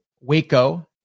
Waco